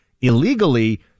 illegally